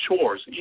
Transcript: chores